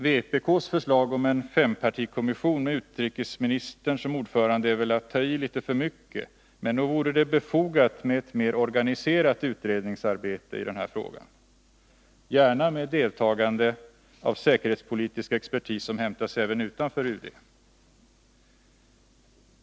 Vpk:s förslag om en fempartikommission med utrikesministern som ordförande är väl att ta i litet för mycket, men nog vore det befogat med ett mer organiserat utredningsarbete i den här frågan — gärna med deltagande av säkerhetspolitisk expertis som hämtas även utanför UD.